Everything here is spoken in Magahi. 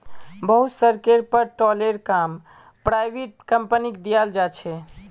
बहुत सड़केर पर टोलेर काम पराइविट कंपनिक दे दियाल जा छे